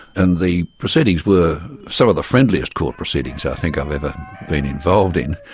and the proceedings were some of the friendliest court proceedings i think i've ever been involved in.